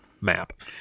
map